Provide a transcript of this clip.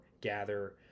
gather